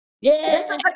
Yes